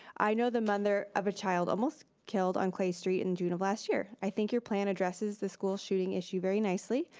i know the mother of a child, almost killed on quaid street in june of last year. i think your plan addresses the school shooting issue very nicely,